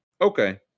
okay